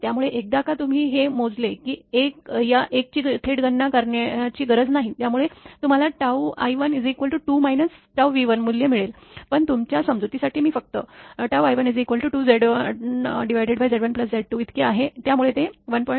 त्यामुळे एकदा का तुम्ही हे मोजले की या 1 ची थेट गणना करण्याची गरज नाही ज्यामुळे तुम्हाला i12 V1मूल्य मिळेल पण तुमच्या समजुतीसाठी मी फक्त i1 2Z1Z1Z2इतके आहे त्यामुळे ते 1